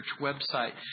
website